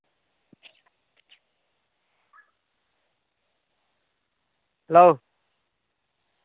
hello